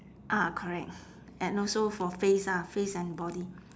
ah correct and also for face ah face and body